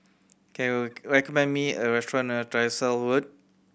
can you recommend me a restaurant near Tyersall Road